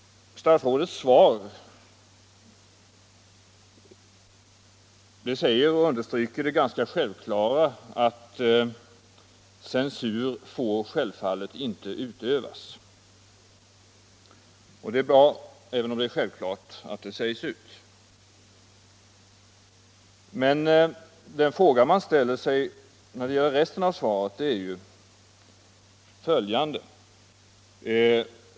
Statsrådets svar understryker det självklara att censur inte får utövas. Det är bra att det sägs ut — även om det är självklart. Men den fråga man ställer sig när det gäller resten av svaret är följande.